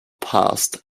passed